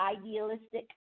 idealistic